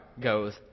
goes